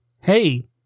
hey